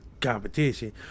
competition